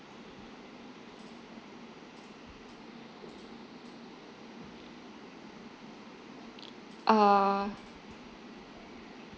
uh